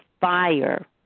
fire